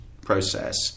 process